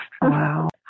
Wow